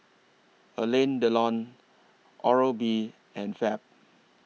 Alain Delon Oral B and Fab